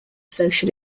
social